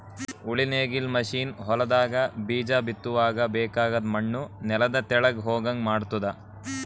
ಉಳಿ ನೇಗಿಲ್ ಮಷೀನ್ ಹೊಲದಾಗ ಬೀಜ ಬಿತ್ತುವಾಗ ಬೇಕಾಗದ್ ಮಣ್ಣು ನೆಲದ ತೆಳಗ್ ಹೋಗಂಗ್ ಮಾಡ್ತುದ